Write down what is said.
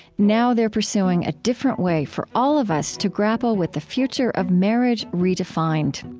now, they're pursuing a different way for all of us to grapple with the future of marriage, redefined.